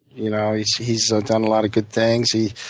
you know he's he's ah done a lot of good things. he's